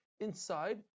inside